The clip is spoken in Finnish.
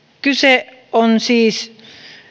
kyse on siis